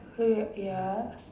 so ya